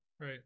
right